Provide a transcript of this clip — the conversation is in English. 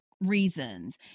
reasons